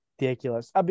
ridiculous